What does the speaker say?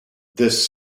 this